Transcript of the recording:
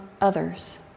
others